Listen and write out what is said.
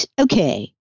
okay